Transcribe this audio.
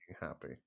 happy